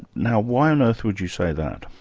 now why on earth would you say that?